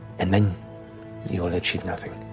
and then you'll achieve nothing.